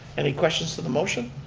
any questions to the motion?